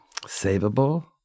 savable